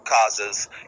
causes